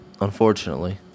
unfortunately